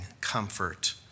comfort